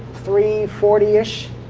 three forty ish.